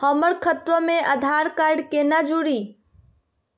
हमर खतवा मे आधार कार्ड केना जुड़ी?